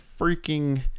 freaking